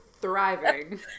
thriving